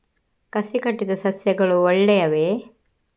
ಕಸಿ ಕಟ್ಟಿದ ಸಸ್ಯಗಳು ಒಳ್ಳೆಯವೇ?